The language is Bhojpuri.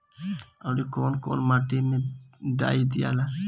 औवरी कौन माटी मे डाई दियाला?